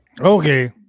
Okay